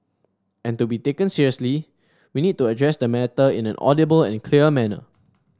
and to be taken seriously we need to address the matter in an audible and clear manner